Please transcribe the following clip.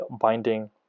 Binding